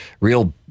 real